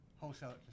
wholesale